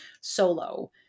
solo